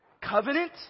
Covenant